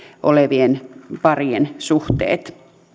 olevien parien suhteille